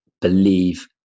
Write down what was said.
believe